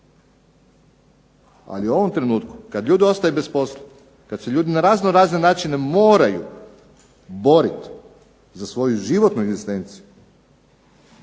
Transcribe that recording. Ali u ovom trenutku kad ljudi ostaju bez posla, kad se ljudi na raznorazne načine moraju boriti za svoju životnu egzistenciju,